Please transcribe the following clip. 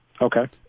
Okay